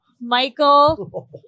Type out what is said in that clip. Michael